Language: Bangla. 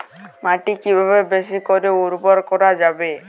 মাটি কিভাবে বেশী করে উর্বর করা যাবে?